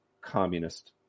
communist